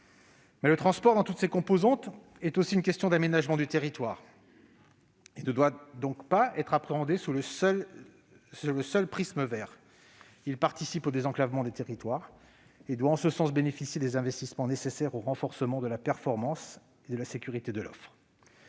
Mais le transport, dans toutes ses composantes, est aussi une question d'aménagement du territoire. Il ne doit donc pas être appréhendé sous le seul prisme vert. Il participe au désenclavement des territoires et doit, en ce sens, bénéficier des investissements nécessaires au renforcement de la performance et de la sécurité de l'offre.